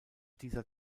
dieser